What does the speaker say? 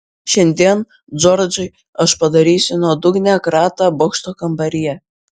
šiandien džordžai aš padarysiu nuodugnią kratą bokšto kambaryje